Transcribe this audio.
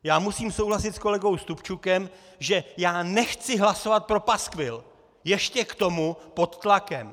Já musím souhlasit s kolegou Stupčukem, že nechci hlasovat pro paskvil, ještě k tomu pod tlakem.